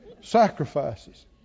Sacrifices